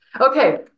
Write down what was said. Okay